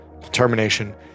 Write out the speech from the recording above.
determination